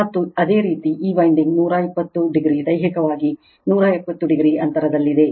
ಮತ್ತು ಅದೇ ರೀತಿ ಈ ವೈಂಡಿಂಗ್ 120 o ದೈಹಿಕವಾಗಿ 120o ಅಂತರದಲ್ಲಿದೆ